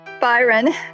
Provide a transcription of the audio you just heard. Byron